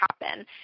happen